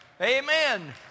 Amen